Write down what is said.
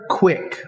quick